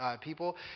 people